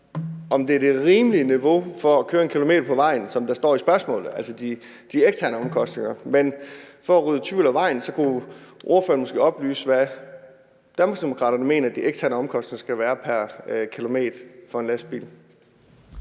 eller rimeligheden af niveauet for at køre på vejen, som der står i spørgsmålet, altså de eksterne omkostninger. Men for at rydde tvivlen af vejen kunne spørgeren måske oplyse, hvad Danmarksdemokraterne mener de eksterne omkostninger pr. kilometer skal være for en lastbil.